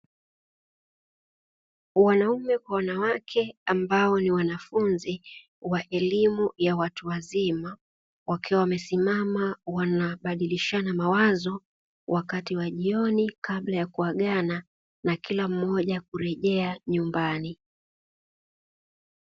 Wanaume kwa wanawake ambao ni wanafunzi wa elimu ya watu wazima wakiwa wamesimama wanabadilishana mawazo, wakati wa jioni kabla kuagana na kila mmoja kurejea nyumbani.